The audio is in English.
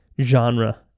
genre